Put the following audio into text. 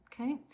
Okay